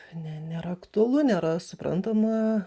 ne nėra aktualu nėra suprantama